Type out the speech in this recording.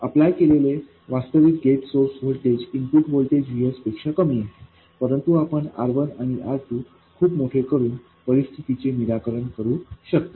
apply केलेले वास्तविक gate source voltage input voltage VS पेक्षा कमी आहे परंतु आपण R1आणि R2खूप मोठे करून परिस्थितीचे निराकरण करू शकता